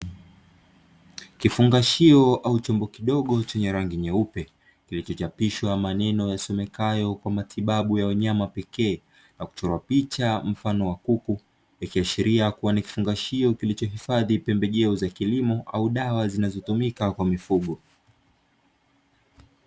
Kifungashio au chombo kidogo chenye rangi nyeupe, kilichochapishwa maneno yasomekayo “kwa matibabu ya wanyama pekee” na kuchorwa picha mfano wa kuku ikiashiria kua ni kifungashio kilichohifadhia pembejeo za kilimo au dawa zinazotumika kwa mifugo.